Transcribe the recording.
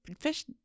fish